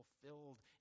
fulfilled